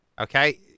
Okay